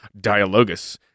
Dialogus